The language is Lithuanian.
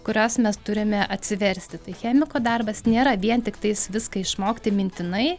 kurias mes turime atsiversti tai chemiko darbas nėra vien tiktais viską išmokti mintinai